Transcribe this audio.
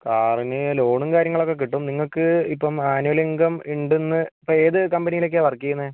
കാറിന് ലോണും കാര്യങ്ങളൊക്കെ കിട്ടും നിങ്ങൾക്ക് ഇപ്പം ആനുവൽ ഇൻകം ഉണ്ടെന്ന് ഇപ്പം ഏത് കമ്പനിയിലേക്കാണ് വർക്ക് ചെയ്യുന്നത്